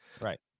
Right